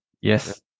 Yes